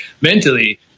mentally